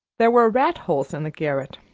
there were rat-holes in the garret,